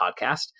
podcast